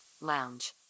Lounge